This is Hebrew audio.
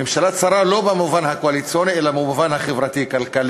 ממשלה צרה לא במובן הקואליציוני אלא במובן החברתי-כלכלי,